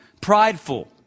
prideful